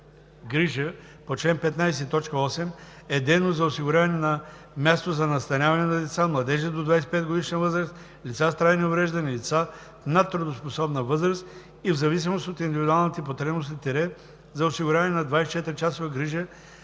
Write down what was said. грижа“ по чл. 15, т. 8 е дейност за осигуряване на място за настаняване на деца, младежи до 25-годишна възраст, лица с трайни увреждания и лица в надтрудоспособна възраст и в зависимост от индивидуалните потребности – за осигуряване на 24 часова грижа